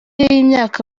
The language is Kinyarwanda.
y’imyaka